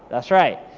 that's right.